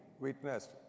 witnessed